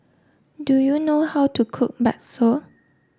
do you know how to cook Bakso